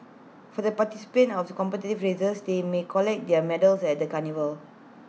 for the participants of the competitive races they may collect their medals at the carnival